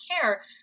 care